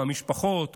מהמשפחות,